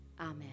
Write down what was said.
Amen